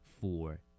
Four